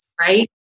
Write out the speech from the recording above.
right